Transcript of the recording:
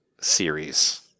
series